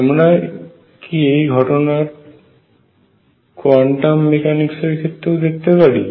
আমরা কি এই একই ঘটনা কোয়ান্টাম মেকানিক্স এর ক্ষেত্রেও দেখতে পারি